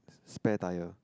spared tyre